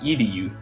Edu